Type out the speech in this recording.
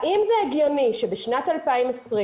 האם זה הגיוני שבשנת 2020,